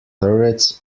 turrets